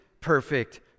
perfect